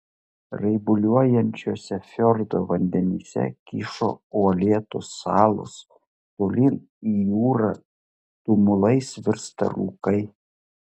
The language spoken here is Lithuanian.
raibuliuojančiuose fjordo vandenyse kyšo uolėtos salos tolyn į jūrą tumulais virsta rūkai